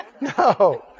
No